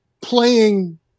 playing